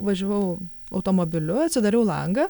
važiavau automobiliu atsidariau langą